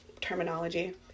terminology